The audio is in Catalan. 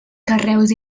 carreus